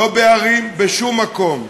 לא בערים, בשום מקום.